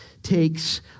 takes